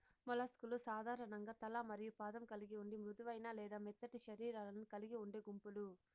mollusc లు సాధారణంగా తల మరియు పాదం కలిగి ఉండి మృదువైన లేదా మెత్తటి శరీరాలను కలిగి ఉండే గుంపులు